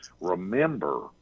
remember